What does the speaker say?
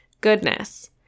goodness